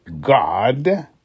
God